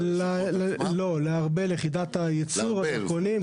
לארבל, יחידת יצור הדרכונים.